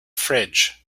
fridge